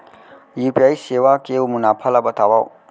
UPI सेवा के मुनाफा ल बतावव?